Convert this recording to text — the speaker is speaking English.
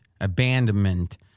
abandonment